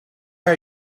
are